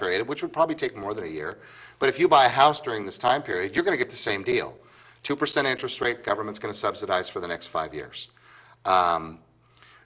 period which will probably take more than a year but if you buy a house during this time period you're going to get the same deal two percent interest rate government's going to subsidize for the next five years